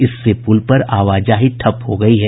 इससे पुल पर आवाजाही ठप्प हो गयी है